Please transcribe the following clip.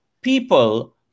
people